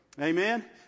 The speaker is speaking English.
amen